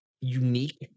unique